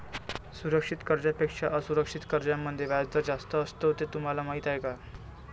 सुरक्षित कर्जांपेक्षा असुरक्षित कर्जांमध्ये व्याजदर जास्त असतो हे तुम्हाला माहीत आहे का?